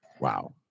wow